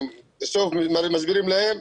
מסבירים להם,